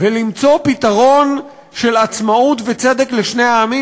ולמצוא פתרון של עצמאות וצדק לשני העמים,